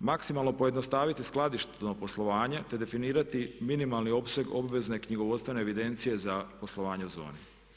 maksimalno uskladiti skladišno poslovanje te definirati minimalni opseg obvezne knjigovodstvene evidencije za poslovanje zoni.